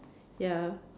ya